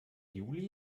juli